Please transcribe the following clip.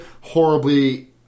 horribly